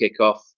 kickoff